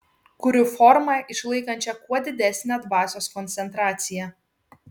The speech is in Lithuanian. kuriu formą išlaikančią kuo didesnę dvasios koncentraciją